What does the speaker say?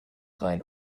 rein